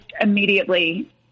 immediately